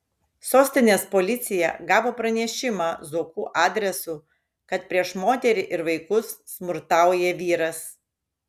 sostinės policija gavo pranešimą zuokų adresu kad prieš moterį ir vaikus smurtauja vyras